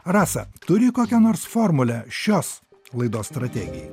rasa turi kokią nors formulę šios laidos strategijai